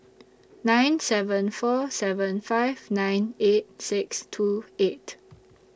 nine seven four seven five nine eight six two eight